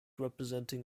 representing